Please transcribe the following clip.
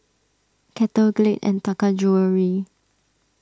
Kettle Glade and Taka Jewelry